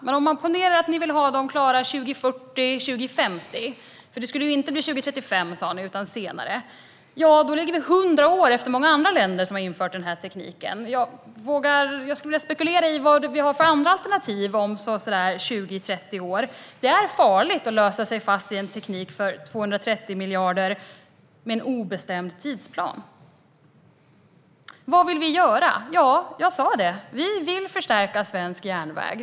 Men om man ponerar att ni vill ha dem klara 2040 eller 2050 - det skulle ju inte bli 2035, sa ni, utan senare - ligger vi 100 år efter många andra länder som har infört denna teknik. Jag skulle vilja spekulera om vad vi har för andra alternativ om 20-30 år. Det är farligt att låsa sig fast i en teknik för 230 miljarder med en obestämd tidsplan. Vad vill vi då göra? Jo, jag sa att vi vill förstärka svensk järnväg.